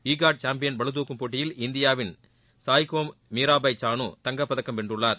ஈ காட் சாம்பியன் பளுதூக்கும் போட்டியில் இந்தியாவின் சாய்கோம் மீராபாய் சானு தங்கப்பதக்கம் வென்றுள்ளார்